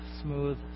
smooth